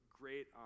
great